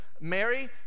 Mary